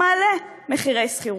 שמעלה מחירי שכירות,